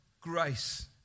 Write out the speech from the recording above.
grace